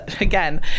again